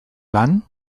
lan